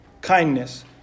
kindness